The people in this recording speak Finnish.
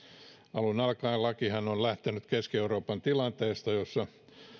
alun alkaenhan laki on lähtenyt keski euroopan tilanteesta jossa